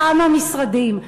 כמה משרדים?